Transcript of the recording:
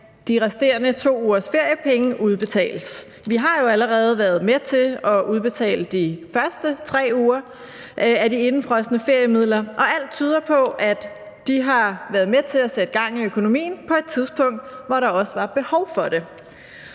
at de resterende 2 ugers feriepenge udbetales. Vi har jo allerede været med til at udbetale de første 3 uger af de indefrosne feriemidler, og alt tyder på, at de har været med til at sætte gang i økonomien på et tidspunkt, hvor der også var behov for det.